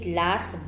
last